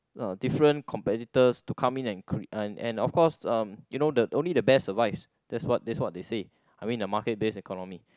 uh different competitors to come in and cre~ and of course uh you know the only the best survive that's what that's what they say I mean the market based economy